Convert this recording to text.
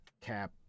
cap